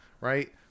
Right